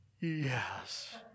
Yes